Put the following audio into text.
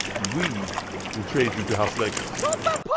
and we will trade you to house lakers not that